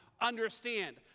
understand